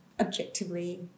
objectively